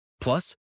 Plus